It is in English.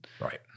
Right